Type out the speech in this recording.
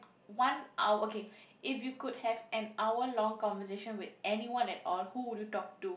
one hour okay if you could have an hour long conversation with anyone at all who would you talk to